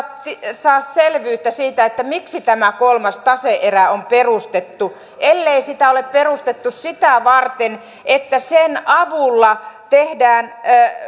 saa selvyyttä siihen miksi tämä kolmas tase erä on perustettu ellei sitä ole perustettu sitä varten että sen avulla tehdään